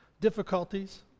difficulties